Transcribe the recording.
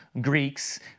Greeks